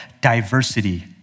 diversity